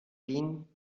wien